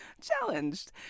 challenged